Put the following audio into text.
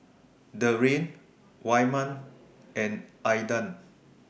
Darrian Wyman and Aydan